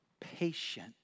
patient